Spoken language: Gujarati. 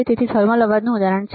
તેથી આ થર્મલ અવાજ નું ઉદાહરણ છે